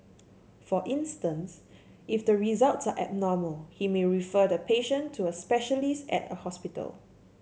for instance if the results are abnormal he may refer the patient to a specialist at a hospital